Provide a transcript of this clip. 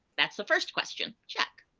that's the first question. check.